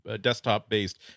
desktop-based